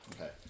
Okay